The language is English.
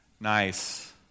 Nice